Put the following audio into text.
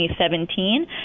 2017